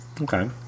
Okay